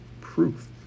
proof